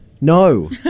No